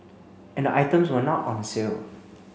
and the items were not on sale